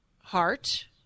heart